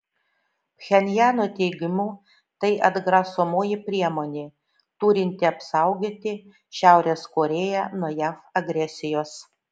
pchenjano teigimu tai atgrasomoji priemonė turinti apsaugoti šiaurės korėją nuo jav agresijos